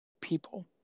people